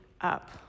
up